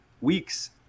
weeks